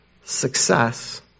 Success